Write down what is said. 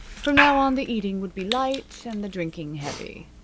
from now on the eating would be light, and the drinking heavy.